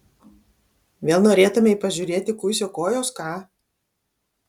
vėl norėtumei pažiūrėti kuisio kojos ką